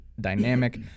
dynamic